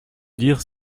dire